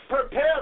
Prepare